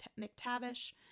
McTavish